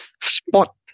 spot